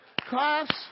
class